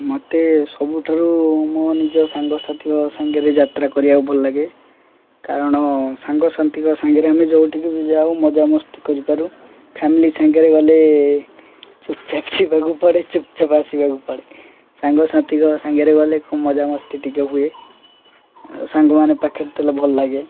ମୋତେ ସବୁଠାରୁ ମୋ ନିଜ ସାଙ୍ଗସାଥିଙ୍କ ସାଙ୍ଗରେ ଯାତ୍ରା କରିବାକୁ ଭଲ ଲାଗେ କାରଣ ସାଙ୍ଗସାଥିଙ୍କ ସାଙ୍ଗରେ ଆମେ ଯେଉଁଠିକି ବି ଯାଉ ମଜା ମସ୍ତି କରିପାରୁ ଫ୍ୟାମିଲି ସାଙ୍ଗରେ ଗଲେ ଚୁପ ଚାପ ଯିବାକୁ ପଡ଼େ ଚୁପ ଚାପ ଆସିବାକୁ ପଡ଼େ ସାଙ୍ଗସାଥିଙ୍କ ସାଙ୍ଗରେ ଗଲେ ଖୁବ୍ ମଜାମସ୍ତି ଟିକେ ହୁଏ ଆଉ ସାଙ୍ଗମାନେ ପାଖରେ ଥିଲେ ଭଲ ଲାଗେ